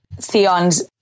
theon's